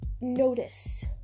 notice